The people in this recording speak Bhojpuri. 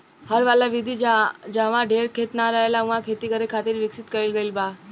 हर वाला विधि जाहवा ढेर खेत ना रहेला उहा खेती करे खातिर विकसित कईल गईल बा